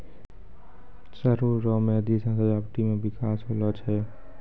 सरु रो मेंहदी से सजावटी मे बिकास होलो छै